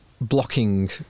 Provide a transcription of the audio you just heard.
Blocking